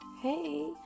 Hey